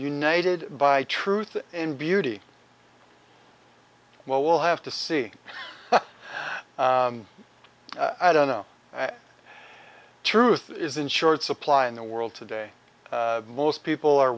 united by truth and beauty well we'll have to see i don't know truth is in short supply in the world today most people are